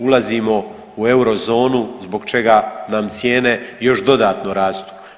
Ulazimo u eurozonu zbog čega nam cijene još dodatno rastu.